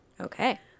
Okay